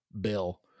Bill